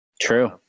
true